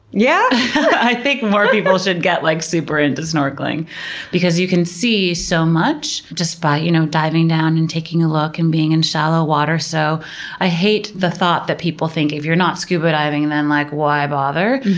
yeah i think more people should get like super into snorkeling because you can see so much just by you know diving down and taking a look and being in shallow water. so i hate the thought that people think that if you're not scuba diving then like why bother.